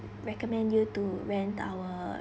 recommend you to rent our